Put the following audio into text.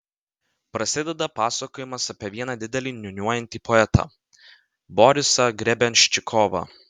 prasideda papasakojimas apie vieną didelį niūniuojantį poetą borisą grebenščikovą